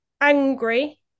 angry